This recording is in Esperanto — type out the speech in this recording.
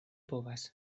povas